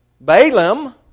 Balaam